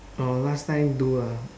oh last time do ah